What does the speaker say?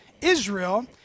Israel